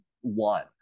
one